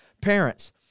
parents